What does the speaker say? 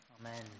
Amen